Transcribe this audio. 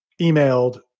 emailed